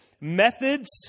methods